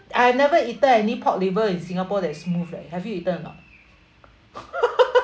I've never eaten any pork liver in singapore that is smooth like have you eaten or not